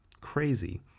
Crazy